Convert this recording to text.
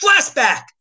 Flashback